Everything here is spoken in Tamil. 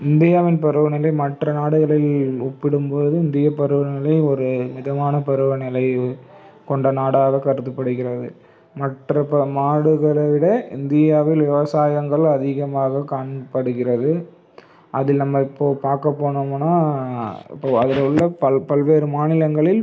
இந்தியாவின் பருவ நிலை மற்ற நாடுகளில் ஒப்பிடும்போது இந்தியப் பருவநிலை ஒரு மிதமான பருவநிலை கொண்ட நாடாக கருதப்படுகிறது மற்ற ப நாடுகளை விட இந்தியாவில் விவசாயங்கள் அதிகமாக காணப்படுகிறது அதில் நம்ம இப்போ பார்க்க போனமுன்னா இப்போ அதில் உள்ள பல் பல்வேறு மாநிலங்களில்